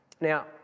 Now